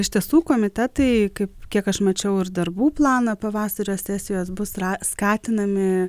iš tiesų komitetai kaip kiek aš mačiau ir darbų planą pavasario sesijos bus skatinami